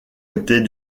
était